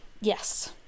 Yes